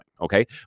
okay